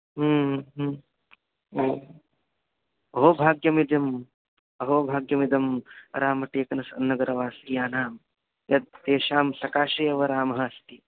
ओ अहो भाग्यमिदम् अहो भाग्यमिदं रामटेक् नस् नगरवासीयानां यत् तेषां सकाशे एव रामः अस्ति